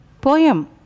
Poem